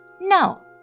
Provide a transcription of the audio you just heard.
No